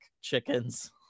chickens